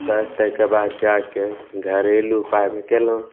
तऽ ताहिके बाद जाके घरेलू उपाय हम कएलहुँ